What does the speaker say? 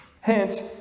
hence